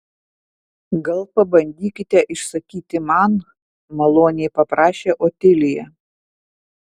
gal pabandykite išsakyti man maloniai paprašė otilija